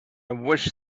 wish